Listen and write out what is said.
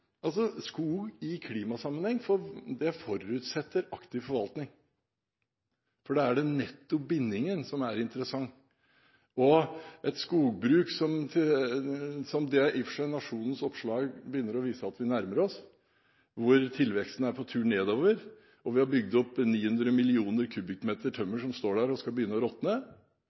Skog i klimasammenheng forutsetter aktiv forvaltning, og her er det nettopp bindingen som er interessant. Med et skogbruk som Nationens oppslag i og for seg viser at vi begynner å nærme oss, der tilveksten er på tur nedover og vi har bygd opp 900 mill. km3 tømmer som står der og skal begynne å råtne,